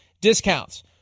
discounts